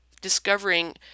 discovering